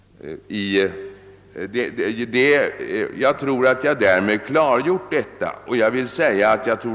Jag tror att jag därmed klargjort vår hållning.